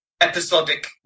episodic